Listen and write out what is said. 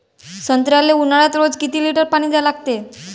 संत्र्याले ऊन्हाळ्यात रोज किती लीटर पानी द्या लागते?